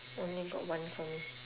only got one for me